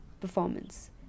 performance